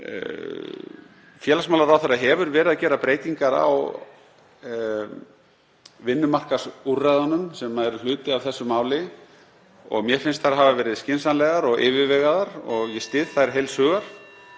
Félagsmálaráðherra hefur verið að gera breytingar á vinnumarkaðsúrræðunum sem eru hluti af þessu máli og mér finnst þær hafa verið skynsamlegar og yfirvegaðar og ég styð það heils hugar.